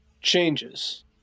changes